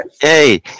Hey